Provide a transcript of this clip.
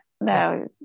No